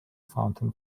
fountain